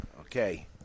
Okay